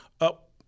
up